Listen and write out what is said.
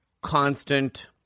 constant